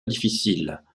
difficile